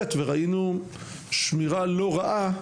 ב' וראינו שמירה לא רעה,